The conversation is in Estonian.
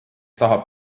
tahab